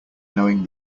knowing